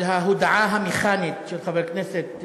ההודעה המכנית של חבר כנסת,